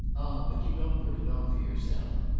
but you don't put it on for yourself.